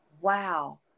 wow